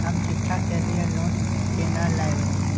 हम शिक्षा के लिए लोन केना लैब?